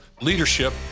leadership